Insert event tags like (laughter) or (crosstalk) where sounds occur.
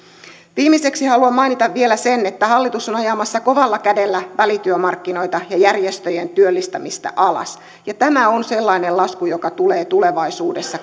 viimeiseksi haluan mainita vielä sen että hallitus on ajamassa kovalla kädellä välityömarkkinoita ja järjestöjen työllistämistä alas tämä on sellainen asia josta tulee tulevaisuudessa (unintelligible)